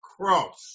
cross